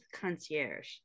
concierge